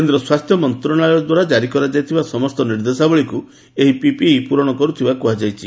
କେନ୍ଦ୍ର ସ୍ୱାସ୍ଥ୍ୟ ମନ୍ତ୍ରଣାଳୟ ଦ୍ୱାରା କ୍କାରି କରାଯାଇଥିବା ସମସ୍ତ ନିର୍ଦ୍ଦେଶାବଳୀକୁ ଏହି ପିପିଇ ପୂରଣ କରୁଥିବା କୁହାଯାଇଛି